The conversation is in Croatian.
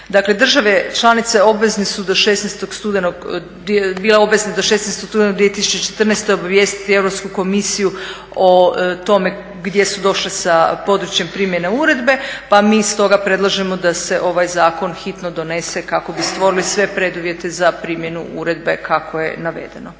Dakle države članice bile su obvezne do 16. studenog 2014. obavijestiti Europsku komisiju o tome gdje su došle za područjem primjene uredbe pa mi stoga predlažemo da se ovaj zakon hitno donese kako bi stvorili sve preduvjete za primjenu uredbe kako je navedeno.